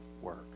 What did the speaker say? work